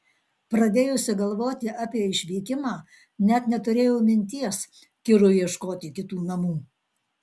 pradėjusi galvoti apie išvykimą net neturėjau minties kirui ieškoti kitų namų